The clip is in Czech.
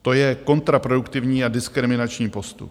To je kontraproduktivní a diskriminační postup.